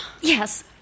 Yes